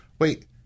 wait